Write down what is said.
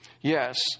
Yes